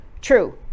true